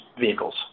vehicles